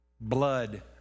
Blood